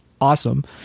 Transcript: awesome